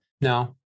No